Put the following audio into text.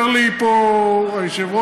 אומר לי פה היושב-ראש,